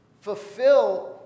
fulfill